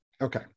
Okay